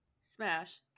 Smash